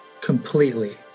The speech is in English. completely